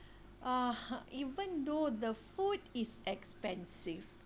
uh even though the food is expensive